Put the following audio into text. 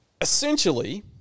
essentially